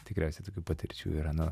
tikriausiai tokių patirčių yra nu